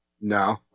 No